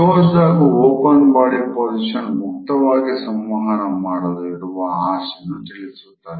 closed ಹಾಗು open body position ಮುಕ್ತವಾಗಿ ಸಂವಹನ ಮಾಡಲು ಇರುವ ಆಸೆಯನ್ನು ತಿಳಿಸುತ್ತದೆ